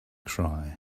cry